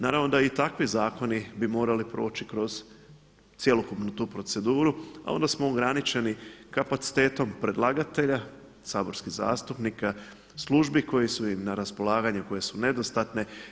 Naravno da i takvi zakoni bi morali proći kroz cjelokupnu tu proceduru, a onda smo ograničeni kapacitetom predlagatelja, saborskih zastupnika, službi koje su im na raspolaganju, koje su nedostatne.